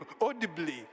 audibly